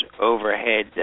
overhead